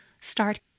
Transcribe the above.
start